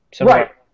Right